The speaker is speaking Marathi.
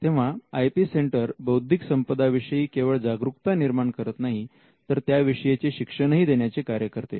तेव्हा आय पी सेंटर बौद्धिक संपदा विषयी केवळ जागरुकता निर्माण करत नाही तर त्याविषयीचे शिक्षणही देण्याचे कार्य करते